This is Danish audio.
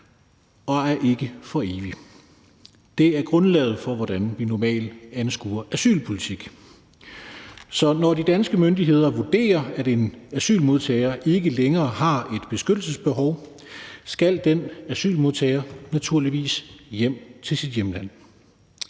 og er ikke for evigt. Det er grundlaget for, hvordan vi normalt anskuer asylpolitik. Så når de danske myndigheder vurderer, at en asylmodtager ikke længere har et beskyttelsesbehov, skal den asylmodtager naturligvis hjem til sit hjemland.